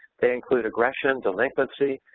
they include aggression, delinquency,